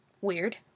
Weird